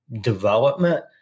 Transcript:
development